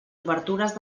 obertures